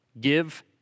Give